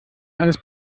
eines